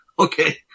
Okay